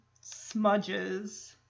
smudges